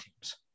teams